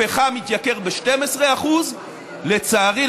הפחם התייקר ב-12%; לצערי,